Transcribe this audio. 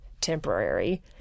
temporary